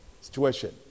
situation